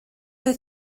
oedd